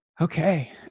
Okay